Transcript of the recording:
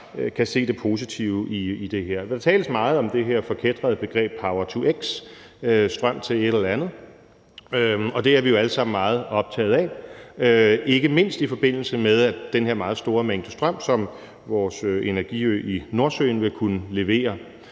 kan se det positive i det her. Der tales meget om det her forkætrede begreb power-to-x, strøm til et eller andet, og det er vi jo alle sammen meget optaget af, ikke mindst i forbindelse med den her meget store mængde strøm, som vores energiø i Nordsøen vil kunne levere.